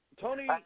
Tony